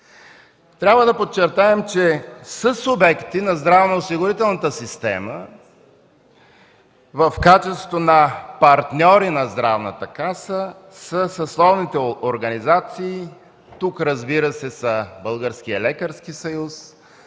Трябва да подчертаем, че съсубекти на здравноосигурителната система в качеството на партньори на Здравната каса са съсловните организации. Тук, разбира се, са Българският лекарски съюз,